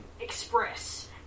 express